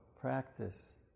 practice